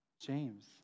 James